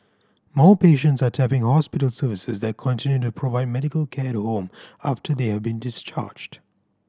more patients are tapping hospital services that continue to provide medical care at home after they have been discharged